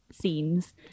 scenes